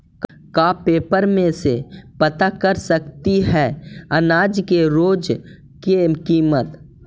का पेपर में से पता कर सकती है अनाज के रोज के किमत?